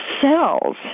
cells